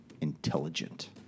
intelligent